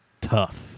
tough